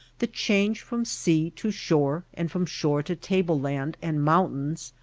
the change from sea to shore, and from shore to table-land and mountain,